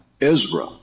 Ezra